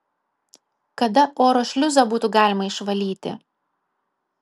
kada oro šliuzą būtų galima išvalyti